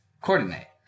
coordinate